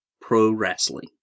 Pro-wrestling